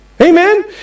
Amen